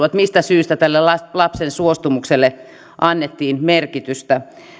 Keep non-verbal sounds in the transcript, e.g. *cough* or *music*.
*unintelligible* että mistä syystä tälle lapsen suostumukselle annettiin merkitystä